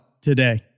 today